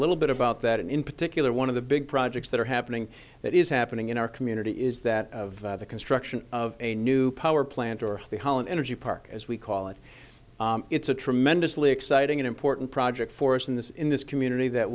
little bit about that and in particular one of the big projects that are happening that is happening in our community is that the construction of a new power plant or the holland energy park as we call it it's a tremendously exciting and important project for us in this in this community that